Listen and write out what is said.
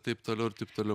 taip toliau ir taip toliau